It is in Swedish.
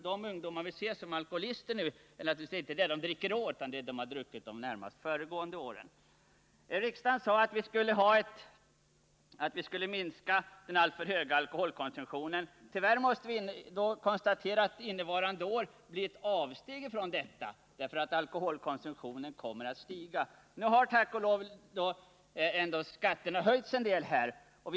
De ungdomar som i dag är alkoholister har inte blivit det på grund av vad de druckit i år utan på grund av vad de druckit under de närmast missbruk av alko Riksdagen sade alltså 1977 att vi skulle minska den alltför höga hol alkoholkonsumtionen. Tyvärr måste vi konstatera att det innevarande år görs ett avsteg från detta. Alkoholkonsumtionen kommer nämligen att stiga. Tack och lov har skatterna på alkoholen nu höjts något.